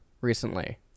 recently